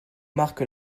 marque